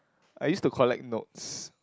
I used to collect notes